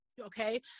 okay